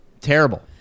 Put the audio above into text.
Terrible